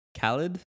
Khaled